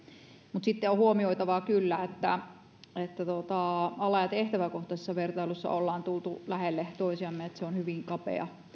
mutta sitten on huomioitava kyllä että ala ja tehtäväkohtaisessa vertailussa ollaan tultu lähelle toisiamme se ero on hyvin kapea